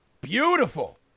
beautiful